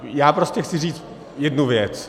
Já prostě chci říct jednu věc.